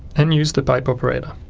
and use the pipe operator.